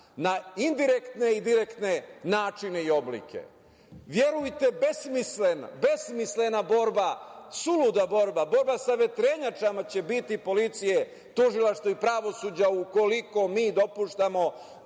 na indirektne i direktne načine i oblike. Verujte, besmislena borba, suluda borba, borba sa vetrenjačama će biti policije, tužilaštva i pravosuđa ukoliko mi dopuštamo